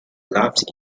laughed